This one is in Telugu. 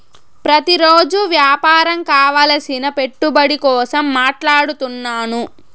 ప్రతిరోజు వ్యాపారం కావలసిన పెట్టుబడి కోసం మాట్లాడుతున్నాను